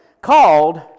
called